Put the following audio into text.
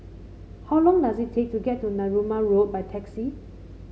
how long does it take to get to Narooma Road by taxi